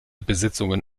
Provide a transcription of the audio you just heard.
besitzungen